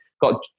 got